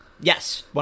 Yes